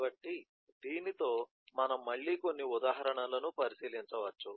కాబట్టి దీనితో మనం మళ్ళీ కొన్ని ఉదాహరణలను పరిశీలించవచ్చు